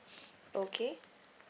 okay